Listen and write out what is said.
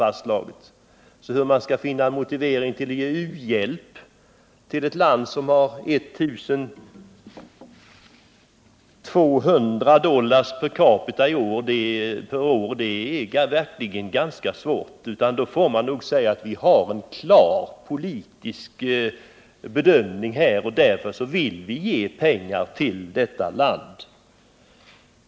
Att finna en motivering för att ge u-hjälp till ett land där inkomsten kommer upp till 1 200 dollar per capita är verkligen svårt. Då får man nog konstatera att det är en klar politisk bedömning som motiverar att pengar ges till detta land.